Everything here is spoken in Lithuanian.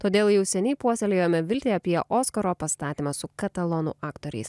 todėl jau seniai puoselėjome viltį apie oskaro pastatymą su katalonų aktoriais